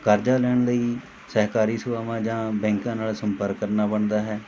ਕਰਜ਼ਾ ਲੈਣ ਲਈ ਸਹਿਕਾਰੀ ਸਭਾਵਾਂ ਜਾਂ ਬੈਂਕਾਂ ਨਾਲ ਸੰਪਰਕ ਕਰਨਾ ਬਣਦਾ ਹੈ